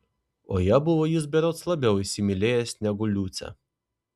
o ją buvo jis berods labiau įsimylėjęs negu liucę